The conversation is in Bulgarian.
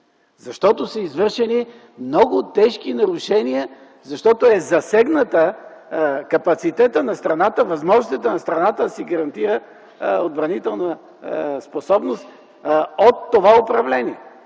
Защото са извършени много тежки нарушения, защото е засегнат капацитетът на страната, възможностите на страната да си гарантира отбранителна способност от това управление.